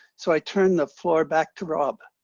so i turn the floor back to rob.